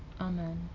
Amen